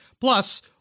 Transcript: Plus